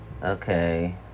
Okay